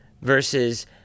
versus